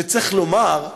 צריך לומר,